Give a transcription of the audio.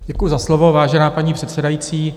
Děkuji za slovo, vážená paní předsedající.